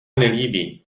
nelíbí